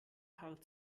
hart